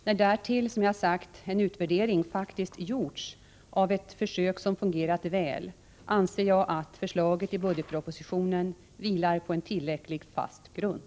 När därtill, som jag sagt, en utvärdering faktiskt gjorts av ett försök som fungerat väl, anser jag att förslaget i budgetpropositionen vilar på en tillräckligt fast grund.